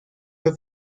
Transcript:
fue